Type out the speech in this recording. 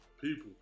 People